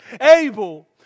able